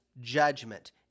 judgment